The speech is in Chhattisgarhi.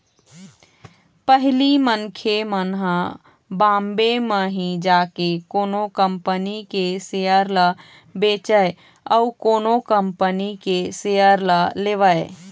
पहिली मनखे मन ह बॉम्बे म ही जाके कोनो कंपनी के सेयर ल बेचय अउ कोनो कंपनी के सेयर ल लेवय